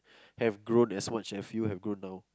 have grown as much as you have grown now